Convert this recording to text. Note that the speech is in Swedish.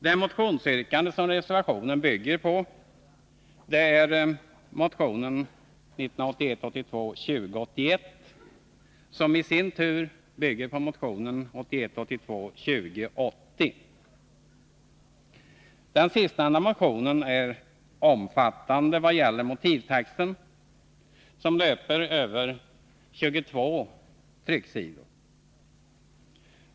Det motionsyrkande som reservationen bygger på gäller motionen 1981 82:2080. Den sistnämnda motionen är omfattande vad gäller motivtexten, som löper över 22 trycksidor.